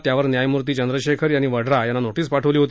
त्यावर न्यायमूर्ती चंद्रशेखर यांनी वड्रा यांना नोपीस पाठवली आहे